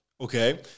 okay